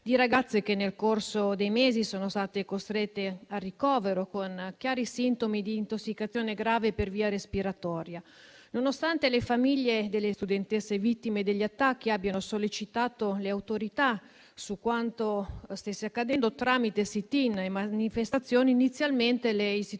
di ragazze nel corso dei mesi sono state costrette al ricovero con chiari sintomi di intossicazione grave per via respiratoria. Nonostante le famiglie delle studentesse vittime degli attacchi abbiano sollecitato le autorità su quanto stesse accadendo tramite *sit-in* e manifestazioni, inizialmente le istituzioni